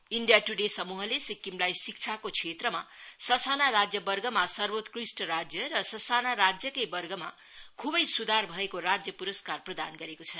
India Today समूहले सिक्किमलाई शिक्षाक क्षोत्रमा स साना राज्य वर्गमा सर्वोत्कृष्ट राज्य र ससाना राज्य कै वर्गमा खुबै सुधार राज्यको पुरस्कार प्रदान गरेको छ